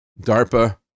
DARPA